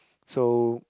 so